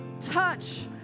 Touch